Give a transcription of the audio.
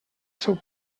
seu